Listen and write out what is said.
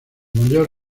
mayor